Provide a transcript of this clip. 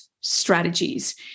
strategies